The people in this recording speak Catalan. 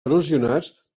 erosionats